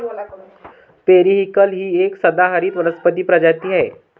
periwinkle ही एक सदाहरित वनस्पती प्रजाती आहे